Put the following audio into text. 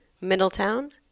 middletown